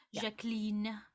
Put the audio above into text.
Jacqueline